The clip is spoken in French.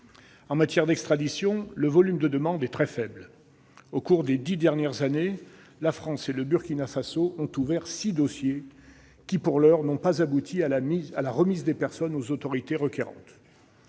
En matière d'extradition, le volume de demandes est très faible. Au cours des dix dernières années, la France et le Burkina Faso ont ouvert six dossiers, qui, pour l'heure, n'ont pas abouti la remise des personnes aux autorités requérantes.